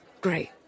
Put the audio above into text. Great